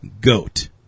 Goat